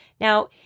Now